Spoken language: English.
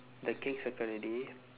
the cake circle already